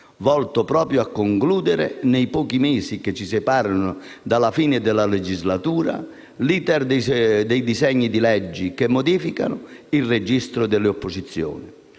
volto proprio a concludere, nei pochi mesi che ci separano dalla fine della legislatura, l'*iter* dei disegni di legge che modificano il Registro pubblico delle opposizioni.